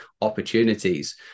opportunities